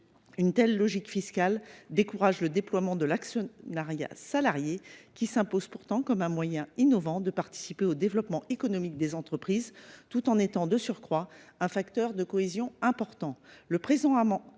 Une telle logique fiscale décourage le déploiement de l’actionnariat salarié qui s’impose pourtant comme un moyen innovant de participer au développement économique des entreprises. L’actionnariat salarié est, de surcroît, un important